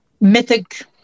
mythic